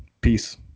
Peace